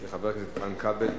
של חבר הכנסת איתן כבל,